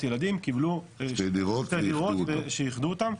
ילדים קיבלו שתי דירות שאיחדו אותן.